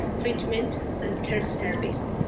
treatment and care service,